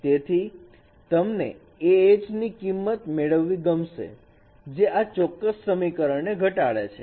તેથી તમને Ah ની કિંમત મેળવવી ગમશે જે આ ચોક્કસ સમીકરણને ઘટાડે છે